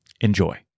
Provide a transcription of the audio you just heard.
Enjoy